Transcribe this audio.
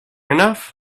enough